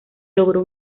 logró